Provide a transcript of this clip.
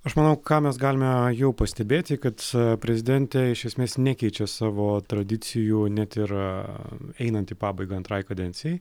aš manau ką mes galime pastebėti kad prezidentė iš esmės nekeičia savo tradicijų net ir einant į pabaigą antrai kadencijai